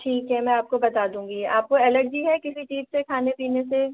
ठीक है मैं आपको बता दूँगी आपको एलर्जी है किसी चीज़ से खाने पीने से